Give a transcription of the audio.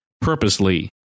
purposely